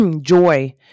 joy